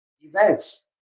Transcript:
events